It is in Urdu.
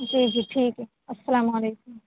جی جی ٹھیک ہے السّلام علیکم